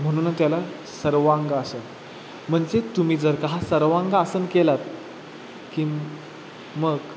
म्हणून त्याला सर्वांगासन म्हणजे तुम्ही जर का हा सर्वांगासन केलात की मग